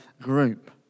group